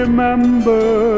Remember